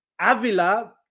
Avila